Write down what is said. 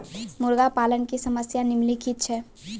मुर्गा पालन के समस्या निम्नलिखित छै